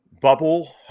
bubble